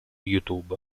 youtube